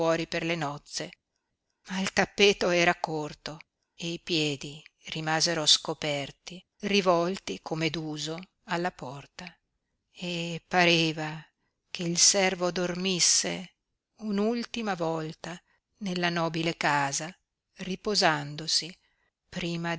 per le nozze ma il tappeto era corto e i piedi rimasero scoperti rivolti come d'uso alla porta e pareva che il servo dormisse un'ultima volta nella nobile casa riposandosi prima